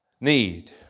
need